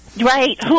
Right